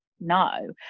no